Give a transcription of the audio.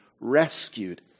rescued